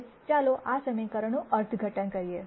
હવે ચાલો આ સમીકરણનું અર્થઘટન કરીએ